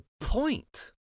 point